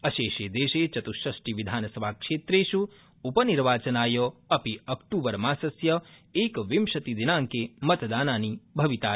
अशेषे देशे चत्ष्षष्टि विधानसभाक्षेत्रेष् उपनिर्वाचनाय अपि अक्तूबरमासस्य एकविंशति दिनाड़के मतदानानि भवितार